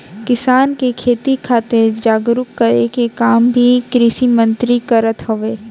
किसान के खेती खातिर जागरूक करे के काम भी कृषि मंत्रालय करत हवे